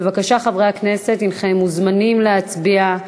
בבקשה, חברי הכנסת, הנכם מוזמנים להצביע.